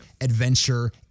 adventure